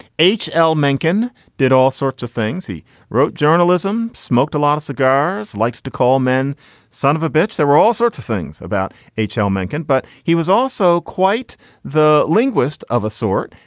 h l. mencken did all sorts of things. he wrote journalism, smoked a lot of cigars, likes to call men son of a bitch. there were all sorts of things about h l. mencken, but he was also quite the linguist of a sort.